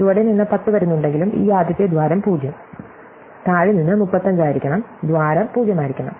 ചുവടെ നിന്ന് 10 വരുന്നുണ്ടെങ്കിലും ഈ ആദ്യത്തെ ദ്വാരം 0 താഴെ നിന്ന് 35 ആയിരിക്കണം ദ്വാരം 0 ആയിരിക്കണം